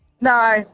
No